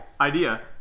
Idea